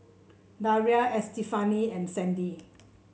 Daria Estefani and Sandy